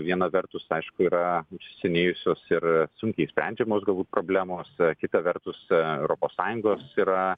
viena vertus aišku yra įsisenėjusios ir sunkiai išsprendžiamos problemos kita vertus europos sąjungos yra